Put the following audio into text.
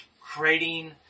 creating